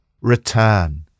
Return